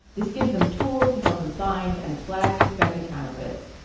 this gives them tools to help them find and flag suspected counterfeits.